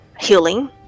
...healing